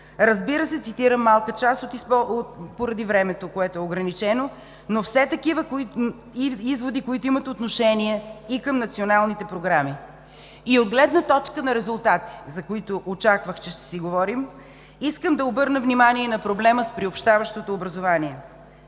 Разбира се, цитирам малка част поради времето, което е ограничено, но изводи, които имат отношение и към националните програми. От гледна точка на резултати, за които очаквах, че ще си говорим, искам да обърна внимание и на проблема с приобщаващото образование.